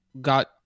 Got